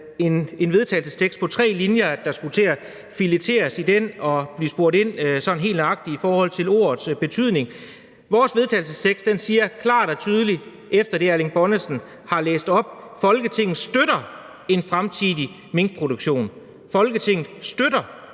til vedtagelse på tre linjer skulle fileteres, og at der blev spurgt sådan helt nøjagtigt ind i forhold til ordenes betydning. Vores forslag til vedtagelse siger klart og tydeligt ifølge det, hr. Erling Bonnesen læste op, at Folketinget støtter en fremtidig minkproduktion – Folketinget støtter